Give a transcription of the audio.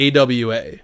AWA